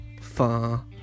far